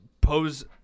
pose